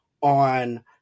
on